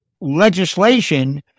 legislation